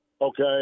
okay